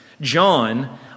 John